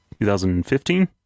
2015